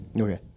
okay